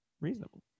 reasonable